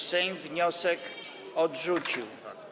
Sejm wniosek odrzucił.